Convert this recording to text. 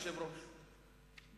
אדוני היושב-ראש,